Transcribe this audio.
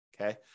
Okay